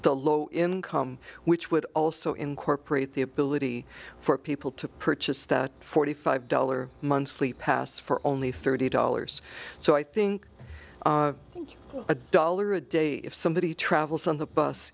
the low income which would also incorporate the ability for people to purchase that forty five dollar monthly pass for only thirty dollars so i think a dollar a day if somebody travels on the bus